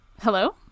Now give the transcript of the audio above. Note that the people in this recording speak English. Hello